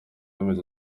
amezi